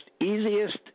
easiest